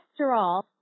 cholesterol